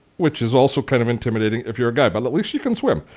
which is also kind of intimidating if you're a guy but at least she can swim.